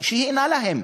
שהיא אינה שלהם,